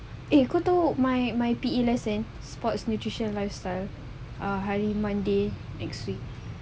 eh kau tahu my my P_E lesson sport nutrition lifestyle ah hari monday next week